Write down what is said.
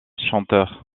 chanteur